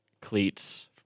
cleats